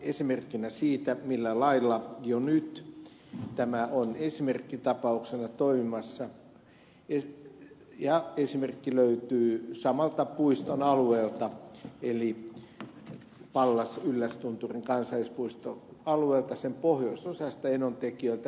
esimerkkinä siitä millä lailla jo nyt tämä on esimerkkitapauksena toimimassa esimerkki löytyy samalta puiston alueelta eli pallas yllästunturin kansallispuistoalueelta sen pohjoisosasta enontekiöltä pyhäkerosta